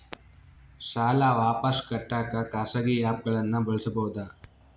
ಸಾಲ ವಾಪಸ್ ಕಟ್ಟಕ ಖಾಸಗಿ ಆ್ಯಪ್ ಗಳನ್ನ ಬಳಸಬಹದಾ?